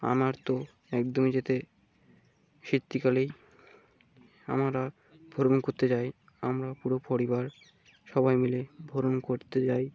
আমার তো একদমই যেতে শীতকালেই আমারা ভ্রমণ করতে যাই আমরা পুরো পরিবার সবাই মিলে ভ্রমণ করতে যাই